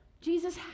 Jesus